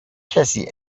کسی